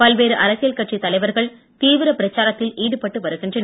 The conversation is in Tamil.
பல்வேறு அரசியல் கட்சித் தலைவர் தீவிர பிரச்சாரத்தில் ஈடுபட்டு வருகின்றனர்